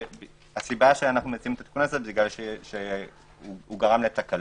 הסיבה שאנו מציעים אותו כי הוא גרם לתקלות.